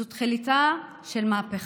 זו תחילתה של מהפכה.